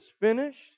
finished